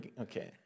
Okay